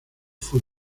fue